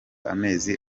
amezi